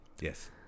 Yes